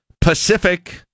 Pacific